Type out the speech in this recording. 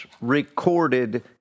recorded